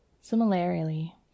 similarly